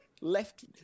left